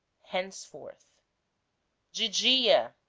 henceforth de dia,